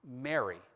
Mary